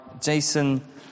Jason